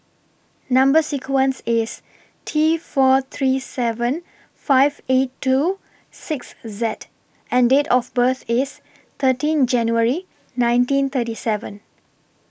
Number sequence IS T four three seven five eight two six Z and Date of birth IS thirteen January nineteen thirty seven